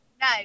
No